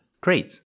Great